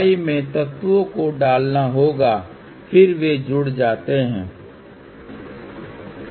अब y में का अर्थ है इंडकटेंश तो y −jωL −2 और y हम 50 से विभाजित करते हैं